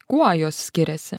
kuo jos skiriasi